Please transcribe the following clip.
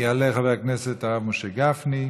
יעלה חבר הכנסת הרב משה גפני.